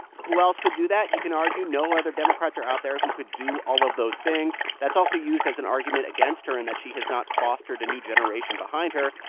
who else could do that? you can argue no other democrats are out there who could do all of those things. that's also used as an argument against her in that she has not fostered a new generation behind her.